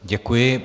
Děkuji.